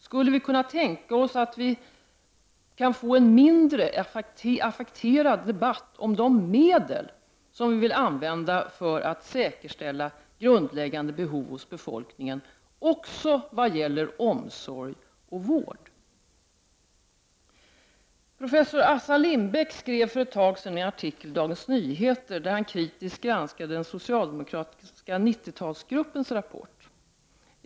Skulle vi kunna tänka oss att få en mindre affekterad debatt om de medel vi vill använda för att säkerställa grundläggande behov hos befolkningen också vad gäller omsorg och vård? Professor Assar Lindbeck skrev för ett tag sedan en artikel i Dagens Nyheter, där han kritiskt granskade den socialdemokratiska 90-talsgruppens rapport.